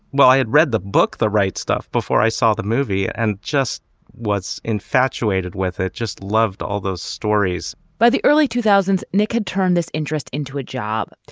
well, i had read the book the right stuff before i saw the movie and just was infatuated with it. just loved all those stories by the early two thousand s, nick had turned this interest into a job.